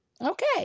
Okay